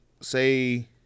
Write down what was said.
say